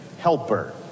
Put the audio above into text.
helper